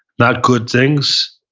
not good things.